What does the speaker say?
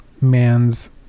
man's